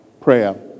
prayer